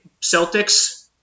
Celtics